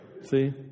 See